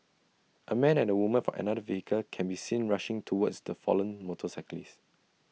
A man and A woman for another vehicle can be seen rushing towards the fallen motorcyclist